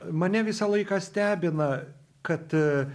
mane visą laiką stebina kad